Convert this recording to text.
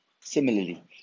similarly